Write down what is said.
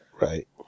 right